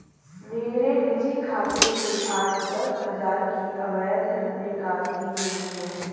मेरे निजी खाते से आज दस हजार की अवैध निकासी हुई है